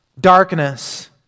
darkness